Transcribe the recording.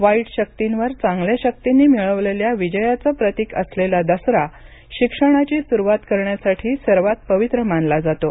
वाईट शक्तींवर चांगल्या शक्तींनी मिळवलेल्या विजयाचं प्रतिक असलेला दसरा शिक्षणाची सुरुवात करण्यासाठी सर्वात पवित्र मानला जातो